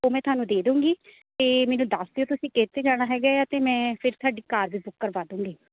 ਉਹ ਮੈਂ ਤੁਹਾਨੂੰ ਦੇ ਦੂਗੀ ਅਤੇ ਮੈਨੂੰ ਦੱਸ ਦਿਓ ਤੁਸੀਂ ਕਿਹਤੇ ਜਾਣਾ ਹੈਗਾ ਆ ਅਤੇ ਮੈਂ ਫਿਰ ਤੁਹਾਡੀ ਕਾਰ ਵੀ ਬੁੱਕ ਕਰਵਾ ਦੂੰਗੀ